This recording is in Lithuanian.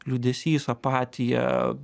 liūdesys apatija